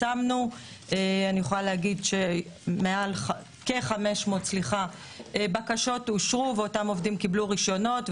אני יכולה להגיד שכ-500 בקשות אושרו ואותם עובדים קיבלו רישיונות,